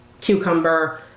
cucumber